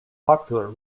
popular